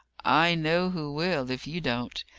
i know who will, if you don't.